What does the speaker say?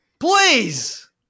Please